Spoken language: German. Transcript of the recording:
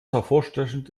hervorstechend